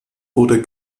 wurde